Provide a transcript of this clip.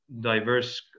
diverse